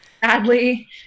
sadly